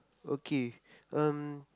okay um